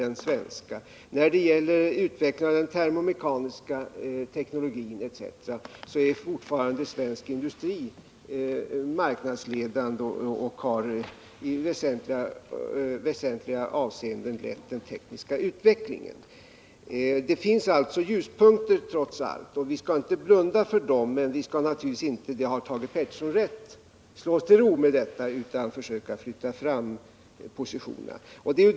den svenska, när det gäller utvecklandet av den termomekaniska teknologin etc. är svensk industri fortfarande marknadsledande och har i väsentliga avseenden lett den tekniska utvecklingen. Det finns alltså ljuspunkter trots allt, och vi skall inte blunda för dem. Men vi skall naturligtvis inte, det har Thage Peterson rätt i, slå oss till ro.